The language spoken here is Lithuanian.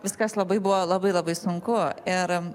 viskas labai buvo labai labai sunku ir